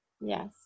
yes